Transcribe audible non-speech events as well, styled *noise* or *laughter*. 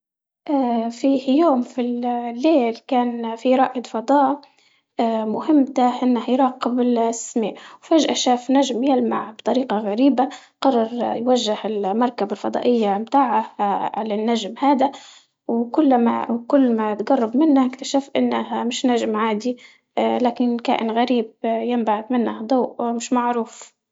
*hesitation* في يوم في ال- *hesitation* الليل كان في رائد فضاء *hesitation* مهمته إنه يراقب السما وفجأة شاف نجم يلمع بطريقة غريبة، قرر يوجه المركبة الفضائية متاعه على النجم هدا، وكلما وكل ما قرب منه اكتشف إنه مش نجم عادي *hesitation* لكن كائن غريب ينبعث منه ضوء ومش معروف.